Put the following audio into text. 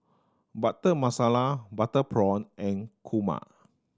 Butter Masala butter prawn and kurma